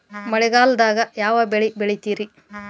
ಮಳೆಗಾಲದಾಗ ಯಾವ ಬೆಳಿ ಬೆಳಿತಾರ?